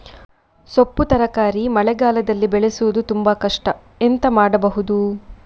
ಸೊಪ್ಪು ತರಕಾರಿ ಮಳೆಗಾಲದಲ್ಲಿ ಬೆಳೆಸುವುದು ತುಂಬಾ ಕಷ್ಟ ಎಂತ ಮಾಡಬಹುದು?